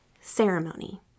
ceremony